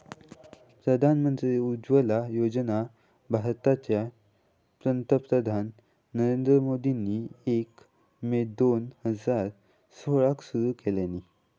प्रधानमंत्री उज्ज्वला योजना भारताचे पंतप्रधान नरेंद्र मोदींनी एक मे दोन हजार सोळाक सुरू केल्यानी